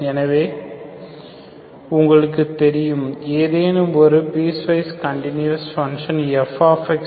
எனவே உங்களுக்கு தெரியும் ஏதேனும் ஒரு piecewise continuous function f axb